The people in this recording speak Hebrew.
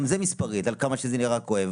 גם זה מספרי, כמה שזה נראה כואב.